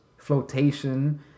Flotation